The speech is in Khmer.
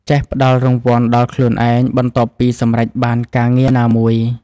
ចេះផ្ដល់រង្វាន់ដល់ខ្លួនឯង បន្ទាប់ពីសម្រេចបានការងារណាមួយ។